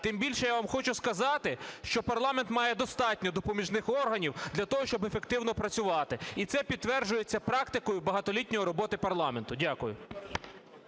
Тим більше, я вам хочу сказати, що парламент має достатньо допоміжних органів для того, щоб ефективно працювати. І це підтверджується практикою багатолітньої роботи парламенту. Дякую.